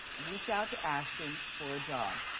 reach out to ashton for a job.